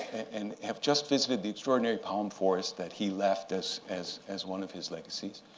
and have just visited the extraordinary palm forest that he left us as as one of his legacies.